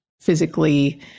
physically